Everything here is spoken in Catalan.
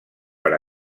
per